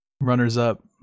runners-up